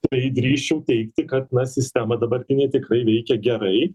tai drįsčiau teigti kad na sistema dabar jinai tikrai veikia gerai